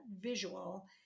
visual